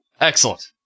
Excellent